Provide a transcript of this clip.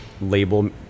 label